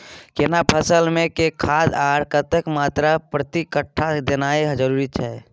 केना फसल मे के खाद आर कतेक मात्रा प्रति कट्ठा देनाय जरूरी छै?